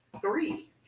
Three